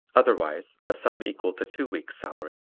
otherwise a sum equal to two weeks' salary.